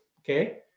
okay